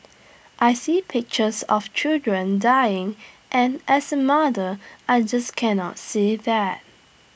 I see pictures of children dying and as A mother I just can not see that